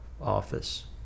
office